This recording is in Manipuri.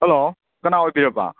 ꯍꯜꯂꯣ ꯀꯅꯥ ꯑꯣꯏꯕꯤꯔꯕꯥ